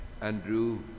Andrew